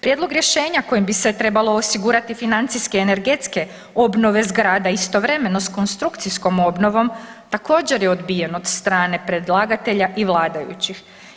Prijedlog rješenja kojim bi se trebalo osigurati financijske energetske obnove zgrada istovremeno s konstrukcijskom obnovom također je odbijen od strane predlagatelja i vladajućih.